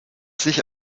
sich